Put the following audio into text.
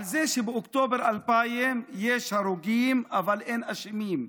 וזה שבאוקטובר 2000 יש הרוגים אבל אין אשמים,